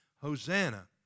Hosanna